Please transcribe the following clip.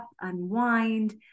unwind